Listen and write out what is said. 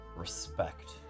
Respect